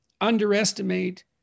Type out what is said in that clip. underestimate